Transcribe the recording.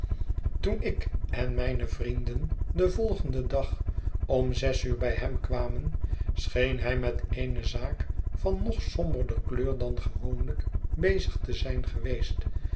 toen ik en mijne vrienden den volgenden dag om zes uur bij hem kwamen scheen hij met eene zaak van nog somberder kleur dan gewoonlijk bezig te zijn geweest